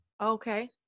Okay